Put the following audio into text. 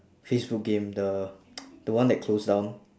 facebook game the the one that closed down